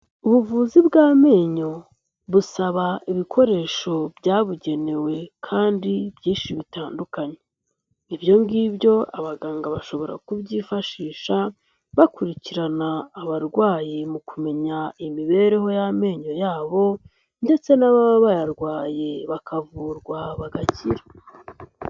Ubuvuzi bw'amenyo busaba ibikoresho byabugenewe kandi byinshi bitandukanye. Ibyo ngibyo abaganga bashobora kubyifashisha bakurikirana abarwayi mu kumenya imibereho y'amenyo yabo ndetse n'ababa bayarwaye bakavurwa bagakira.